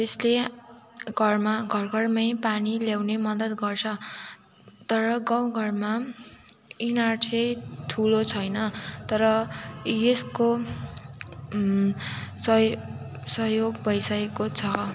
त्यसले घरमा घरघरमै पानी ल्याउन मद्दत गर्छ तर गाउँघरमा इनार चाहिँ ठुलो छैन तर यसको सहयो सहयोग भइसकेको छ